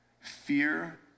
fear